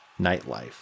nightlife